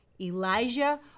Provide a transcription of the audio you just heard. elijah